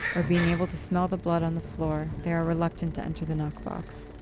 or being able to smell the blood on the floor, they are reluctant to enter the knockbox.